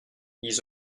ils